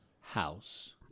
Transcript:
house